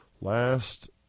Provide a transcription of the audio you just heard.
Last